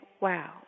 wow